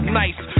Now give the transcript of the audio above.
nice